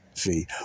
See